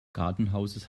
gartenhauses